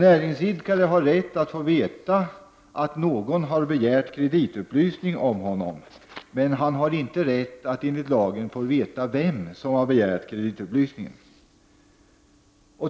Näringsidkare har rätt att få veta att någon har begärt kreditupplysning om honom, men han har inte rätt enligt lagen att veta vem som har begärt kreditupplysning.